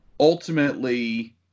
Ultimately